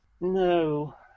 no